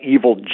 evil